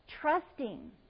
Trusting